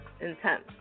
intense